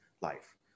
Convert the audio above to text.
life